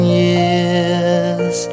years